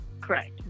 correct